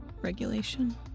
Regulation